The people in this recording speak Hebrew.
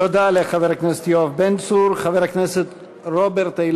תודה לחבר הכנסת יואב בן צור.